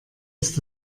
ist